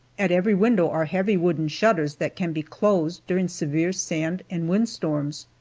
at every window are heavy wooden shutters, that can be closed during severe sand and wind storms.